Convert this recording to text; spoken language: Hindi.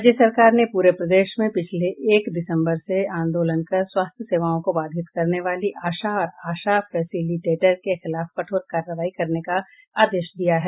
राज्य सरकार ने पूरे प्रदेश में पिछले एक दिसम्बर से आंदोलन कर स्वास्थ्य सेवाओं को बाधित करने वाली आशा और आशा फैसिलिटेटर के खिलाफ कठोर कार्रवाई करने का आदेश दिया है